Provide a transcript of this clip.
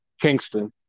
Kingston